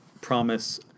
promise